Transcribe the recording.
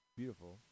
beautiful